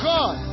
God